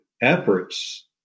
efforts